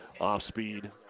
off-speed